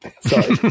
Sorry